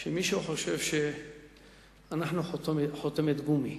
שמישהו חושב שאנחנו חותמת גומי.